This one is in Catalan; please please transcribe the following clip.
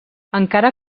encara